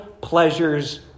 pleasures